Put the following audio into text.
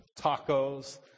tacos